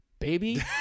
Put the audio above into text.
Baby